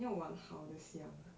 要往好的想啊